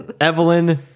Evelyn